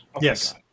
Yes